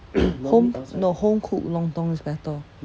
home~ no homecooked lontong is better